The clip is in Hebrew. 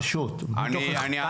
לעשות 'שולם' בין רשות המסים ומס הכנסה